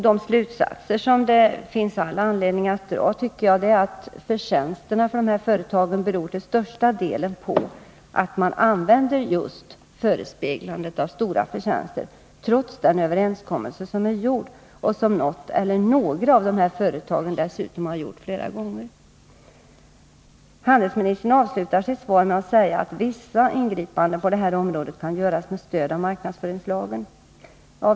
De slutsatser som det finns anledning att dra är att förtjänsterna för företagen till största delen beror på att man använder just förespeglandet av stora förtjänster, trots den överenskommelse som är gjord och som något eller några av de här företagen dessutom gjort flera gånger. Handelsministern avslutar sitt svar med att säga att vissa ingripanden på det här området kan göras med stöd av marknadsföringslagen.